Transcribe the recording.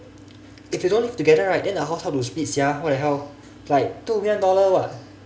if they don't live together right then the house how to split sia what the hell like two million dollar [what]